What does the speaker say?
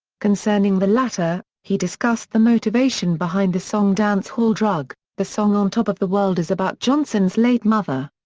concerning the latter, he discussed the motivation behind the song dance hall drug the song on top of the world is about johnson's late mother.